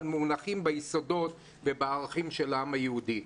מונחים ביסודות ובערכים של העם היהודי.